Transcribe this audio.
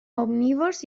omnívors